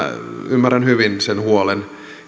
ymmärrän hyvin sen huolen